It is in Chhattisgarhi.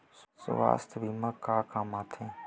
सुवास्थ बीमा का काम आ थे?